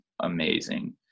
amazing